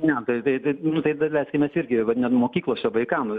ne tai tai tai nu tai daleiskim mes irgi va ne mokyklose vaikam